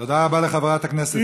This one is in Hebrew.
תודה לחברת הכנסת ציפי לבני.